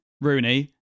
Rooney